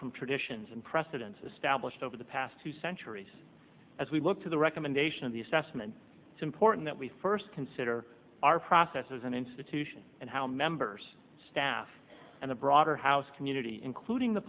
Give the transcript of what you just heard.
from traditions and precedents established over the past two centuries as we look to the recommendation of the assessment it's important that we first consider our processes and institutions and how members staff and the broader house community including the